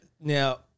Now